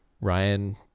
Ryan